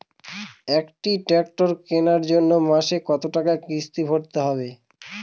একটি ট্র্যাক্টর কেনার জন্য মাসে কত টাকা কিস্তি ভরতে হবে?